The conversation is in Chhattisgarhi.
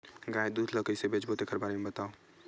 गाय दूध ल कइसे बेचबो तेखर बारे में बताओ?